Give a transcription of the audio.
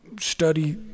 study